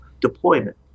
deployment